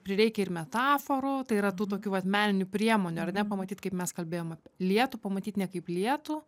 prireikia ir metaforų tai yra tų tokių vat meninių priemonių ar ne pamatyt kaip mes kalbėjom apie lietų pamatyt ne kaip lietų